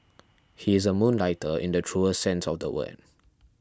he is a moonlighter in the truest sense of the word